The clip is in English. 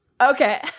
Okay